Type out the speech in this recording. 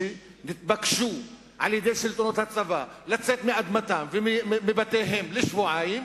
שנתבקשו על-ידי שלטונות הצבא לצאת מאדמתם ומבתיהם לשבועיים,